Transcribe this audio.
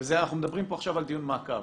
ואנחנו מדברים עכשיו על דיון מעקב.